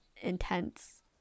intense